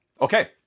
Okay